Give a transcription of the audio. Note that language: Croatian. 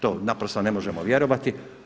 To naprosto ne možemo vjerovati.